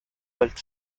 but